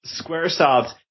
Squaresoft